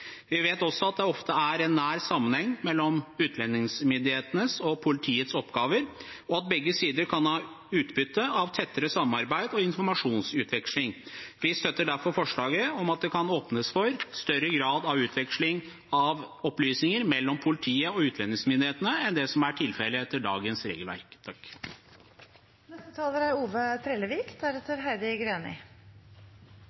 Vi vet også at det ofte er nær sammenheng mellom utlendingsmyndighetenes og politiets oppgaver, og at begge sider kan ha utbytte av tettere samarbeid og informasjonsutveksling. Vi støtter derfor forslaget om at det kan åpnes for større grad av utveksling av opplysninger mellom politiet og utlendingsmyndighetene enn det som er tilfellet etter dagens regelverk. Høgre meiner det er